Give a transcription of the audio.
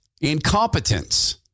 incompetence